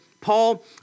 Paul